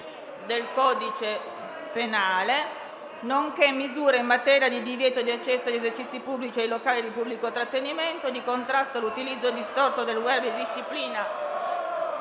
del codice penale, nonché misure in materia di divieto di accesso agli esercizi pubblici ed ai locali di pubblico trattenimento, di contrasto all'utilizzo distorto del *web* e di disciplina